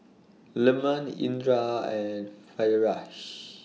Leman Indra and Firash